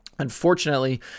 Unfortunately